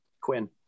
Quinn